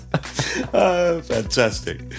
Fantastic